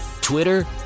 twitter